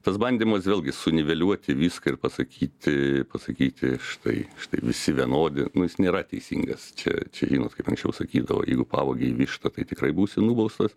tas bandymas vėlgi suniveliuoti viską ir pasakyti pasakyti štai štai visi vienodi nėra teisingas čia čia žinot kaip anksčiau sakydavo jeigu pavogei vištą tai tikrai būsi nubaustas